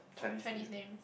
Chinese name